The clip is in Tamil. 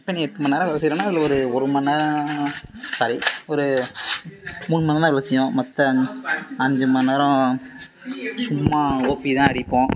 கம்பெனி எட்டு மணி நேரம் வேலை செய்கிறன்னா அதில் ஒரு ஒரு மணி நேரம் சாரி ஒரு மூணு மணி நேரம் வேலை செய்வோம் மற்ற அஞ் அஞ்சு மணி நேரம் சும்மா ஓப்பி தான் அடிப்போம்